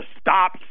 stop